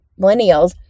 millennials